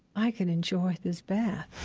i can enjoy this bath